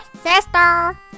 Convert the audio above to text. Sister